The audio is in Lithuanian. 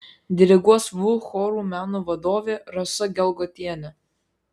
diriguos vu chorų meno vadovė rasa gelgotienė